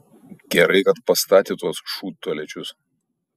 gerai kad pastatė tuos šūdtualečius